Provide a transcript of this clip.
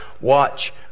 watch